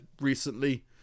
recently